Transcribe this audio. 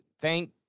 thank